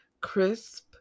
crisp